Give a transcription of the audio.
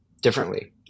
differently